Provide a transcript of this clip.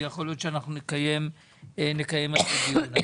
יכול להיות שאנחנו נקיים על זה דיון.